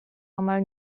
omal